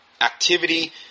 activity